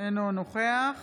אינו נוכח